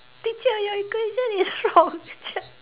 teacher your equation is wrong